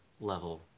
level